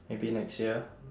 maybe next year